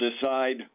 decide